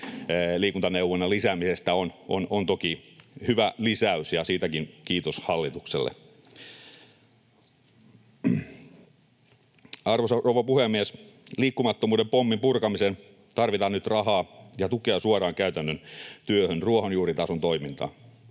perheliikuntaneuvonnan lisäämisestä toki hyvä lisäys, ja siitäkin kiitos hallitukselle. Arvoisa rouva puhemies! Liikkumattomuuden pommin purkamiseksi tarvitaan nyt rahaa ja tukea suoraan käytännön työhön, ruohonjuuritason toimintaan,